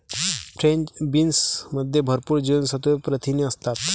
French बीन्समध्ये भरपूर जीवनसत्त्वे, प्रथिने असतात